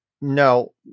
No